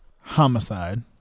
homicide